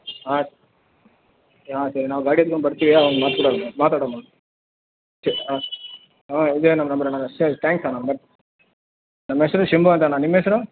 ಹಾಂ ಯಾಕೆ ನಾವು ಗಾಡಿ ತೊಗೊಂಡು ಬರ್ತೀವಿ ಆವಾಗ ಮಾತಾಡು ಮಾತಾಡೋಣ ಓಕೆ ಹಾಂ ಹಾಂ ಇದೇ ನನ್ನ ನಂಬರ್ ಅಣ್ಣ ಸರಿ ತ್ಯಾಂಕ್ಸ್ ಅಣ್ಣ ನಮ್ಮ ಹೆಸರು ಶಿಂಬು ಅಂತ ಅಣ್ಣ ನಿಮ್ಮ ಹೆಸರು